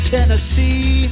Tennessee